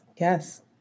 Yes